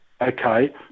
Okay